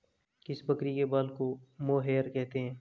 किस बकरी के बाल को मोहेयर कहते हैं?